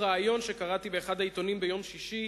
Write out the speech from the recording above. ריאיון שקראתי באחד העיתונים ביום שישי,